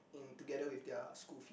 in together with their school fee